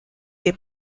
des